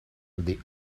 the